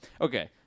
Okay